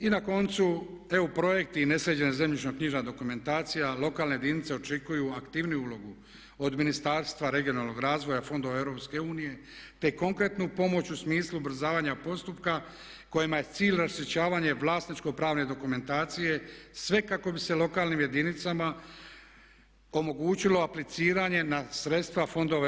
I na koncu EU projekti i nesređena zemljišno knjižna dokumentacija, lokalne jedinice očekuju aktivniju ulogu od Ministarstva regionalnog razvoja, fondova EU te konkretnu pomoć u smislu ubrzavanja postupka kojima je cilj … vlasničko pravne dokumentacije sve kako bi se lokalnim jedinicama omogućilo apliciranje na sredstva fondova EU.